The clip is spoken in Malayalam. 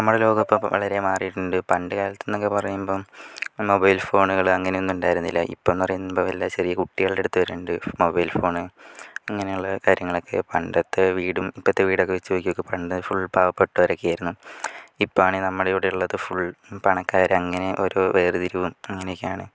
നമ്മളെ ലോകം ഇപ്പോൾ വളരെ മാറിയിട്ടുണ്ട് പണ്ട് കാൽത്തെന്നൊക്കെ പറയുമ്പം മൊബൈൽ ഫോണുകള് അങ്ങാനൊന്നും ഉണ്ടായിരുന്നില്ല ഇപ്പോന്ന് പറയുമ്പോൾ എല്ലാ ചെറിയ കുട്ടികളുടെ അടുത്ത് വരേണ്ട് മൊബൈൽ ഫോണ് അങ്ങനെയുള്ള കാര്യങ്ങളൊക്കെ പണ്ടത്തെ വീടും ഇപ്പത്തെ വീടക്കെ വച്ച് നോക്കി നോക്ക് പണ്ട് ഫുൾ പാവപ്പെട്ടവരൊക്കെ ആയിരിരുന്നു ഇപ്പാണെ നമ്മള് ഇവിടേള്ളത് ഫുള്ള് പണക്കാര് അങ്ങനെ ഒരു വേർതിരിവും അങ്ങനെയൊക്കെ ആണ്